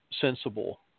sensible